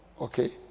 okay